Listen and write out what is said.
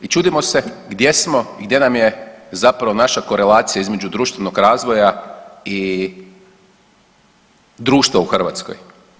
I čudimo se gdje smo i gdje nam je zapravo naša korelacija između društvenog razvoja i društva u Hrvatskoj.